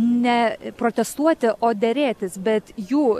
ne protestuoti o derėtis bet jų